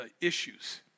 issues